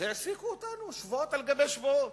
העסיקו אותנו שבועות על גבי שבועות,